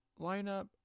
Lineup